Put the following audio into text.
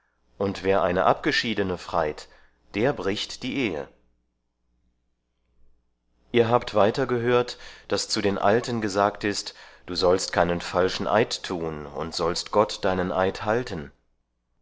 und wer eine abgeschiedene freit der bricht die ehe ihr habt weiter gehört daß zu den alten gesagt ist du sollst keinen falschen eid tun und sollst gott deinen eid halten